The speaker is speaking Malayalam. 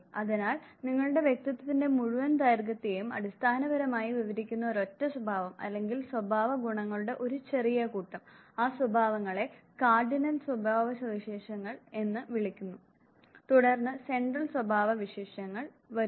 അതിനാൽ നിങ്ങളുടെ വ്യക്തിത്വത്തിന്റെ മുഴുവൻ ദൈർഘ്യത്തെയും അടിസ്ഥാനപരമായി വിവരിക്കുന്ന ഒരൊറ്റ സ്വഭാവം അല്ലെങ്കിൽ സ്വഭാവ ഗുണങ്ങളുടെ ഒരു ചെറിയ കൂട്ടം ആ സ്വഭാവങ്ങളെ കാർഡിനൽ സ്വഭാവവിശേഷങ്ങൾ എന്ന് വിളിക്കുന്നു തുടർന്ന് സെൻട്രൽ സ്വഭാവവിശേഷങ്ങൾ വരുന്നു